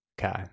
Okay